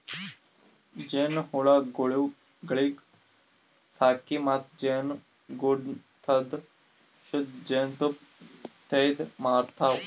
ಜೇನುಹುಳಗೊಳಿಗ್ ಸಾಕಿ ಮತ್ತ ಜೇನುಗೂಡದಾಂದು ಶುದ್ಧ ಜೇನ್ ತುಪ್ಪ ತೆಗ್ದು ಮಾರತಾರ್